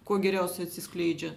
kuo geriausiai atsiskleidžia